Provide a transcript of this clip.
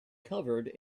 covered